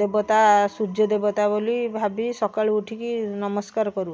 ଦେବତା ସୂର୍ଯ୍ୟ ଦେବତା ବୋଲି ଭାବି ସକାଳୁ ଉଠିକି ନମସ୍କାର କରୁ